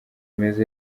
meza